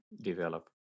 develop